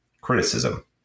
criticism